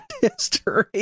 history